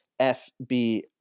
FB